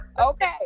Okay